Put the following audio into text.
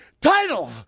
title